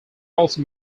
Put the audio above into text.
also